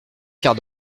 quarts